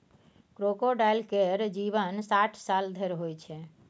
crocodile केर जीबन साठि साल धरि होइ छै